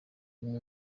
bimwe